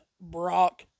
Brock